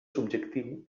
subjectiu